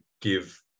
give